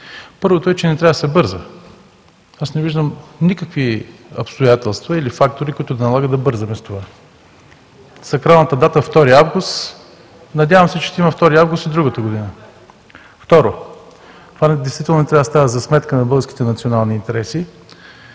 Първото е, че не трябва да се бърза. Аз не виждам никакви обстоятелства или фактори, които да налагат да бързаме с това. Сакралната дата 2 август, надявам се, че ще има 2 август и другата година. Второ, това действително не трябва да става за сметка на българските национални интереси.